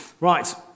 Right